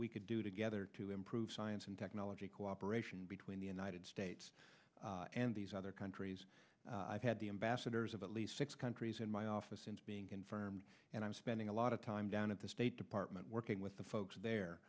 could do together to improve science and technology cooperation between the united states and these other countries i've had the ambassadors of at least six countries in my office since being confirmed and i'm spending a lot of time down at the state department working with the folks there